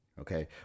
okay